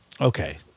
okay